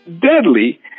deadly